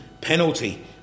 penalty